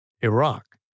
Iraq